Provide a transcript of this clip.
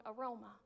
aroma